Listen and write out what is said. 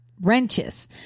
Wrenches